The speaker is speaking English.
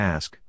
Ask